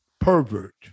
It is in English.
pervert